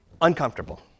Uncomfortable